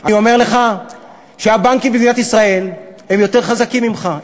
אני אומר לך שהבנקים במדינת ישראל הם יותר חזקים ממך,